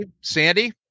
Sandy